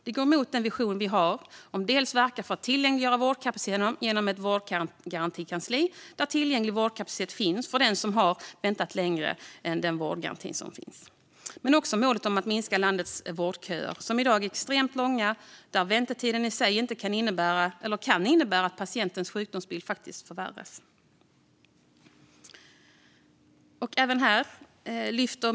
Det går emot den vision vi har om att dels verka för att tillgängliggöra vårdkapacitet genom ett vårdgarantikansli där tillgänglig vårdkapacitet finns för den som har väntat längre än den vårdgaranti som finns, dels målet om att minska landets vårdköer, som i dag är extremt långa och där väntetiden i sig kan innebära att patientens sjukdomsbild förvärras.